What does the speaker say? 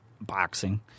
boxing